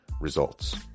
results